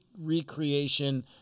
recreation